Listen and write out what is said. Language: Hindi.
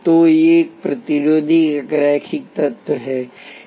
तो एक प्रतिरोधी एक रैखिक तत्व है